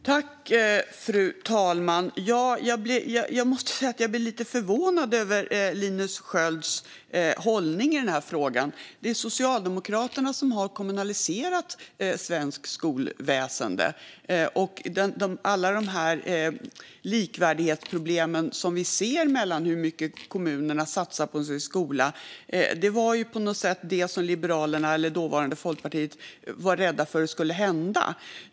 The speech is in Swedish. Fru talman! Jag måste säga att jag blir lite förvånad över Linus Skölds hållning i den här frågan. Det är Socialdemokraterna som har kommunaliserat svenskt skolväsen. Alla de likvärdighetsproblem som vi ser när det gäller hur mycket kommunerna satsar på sin skola var ju något som dåvarande Folkpartiet var rädda för skulle hända.